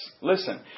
Listen